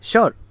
Sure